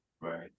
Right